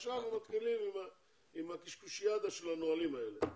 ועכשיו הם מתחילים עם הקשקושיאדה של הנהלים האלה.